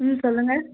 ம் சொல்லுங்க